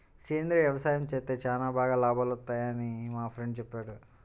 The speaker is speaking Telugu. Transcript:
సేంద్రియ యవసాయం చేత్తే చానా బాగా లాభాలొత్తన్నయ్యని మా ఫ్రెండు చెప్పాడు